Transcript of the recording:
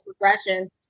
progression